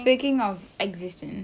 speaking of existence